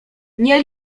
nie